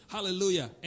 Hallelujah